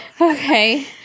Okay